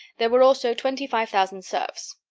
there were also twenty-five thousand serfs.